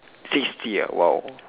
sixty ah !wow!